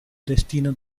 destino